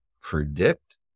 predict